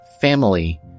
family